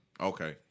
Okay